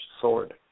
sword